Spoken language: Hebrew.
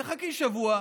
תחכי שבוע,